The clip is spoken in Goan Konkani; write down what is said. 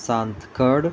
सांतकड